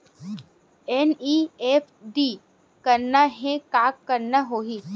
NEFT करना हे का करना होही?